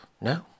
no